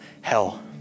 hell